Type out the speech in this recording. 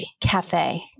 cafe